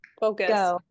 focus